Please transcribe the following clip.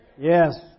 Yes